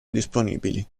disponibili